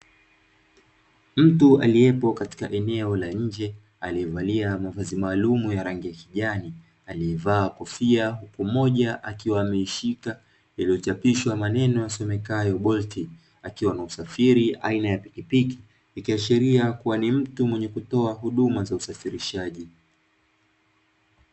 Mtu aliyepo katika eneo la nje aliyevalia mavazi maalumu ya rangi ya kijani aliyevaa kofia huku mmoja akiwa ameishika iliyochapishwa maneno yasomekayo "Bolt" akiwa na usafiri aina ya pikipiki, ikiashiria kuwa ni mtu mwenye kutoa huduma za usafirishaji.